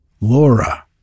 Laura